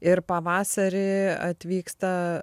ir pavasarį atvyksta